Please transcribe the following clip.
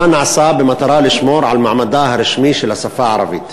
3. מה נעשה במטרה לשמור על מעמדה הרשמי של השפה הערבית?